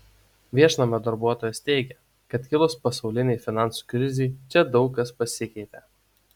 viešnamio darbuotojos teigia kad kilus pasaulinei finansų krizei čia daug kas pasikeitė